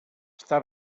està